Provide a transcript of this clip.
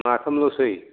माथामल'सै